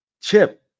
chip